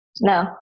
No